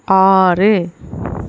ஆறு